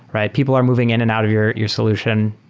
right? people are moving in and out of your your solution.